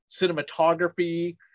cinematography